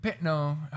no